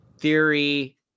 Theory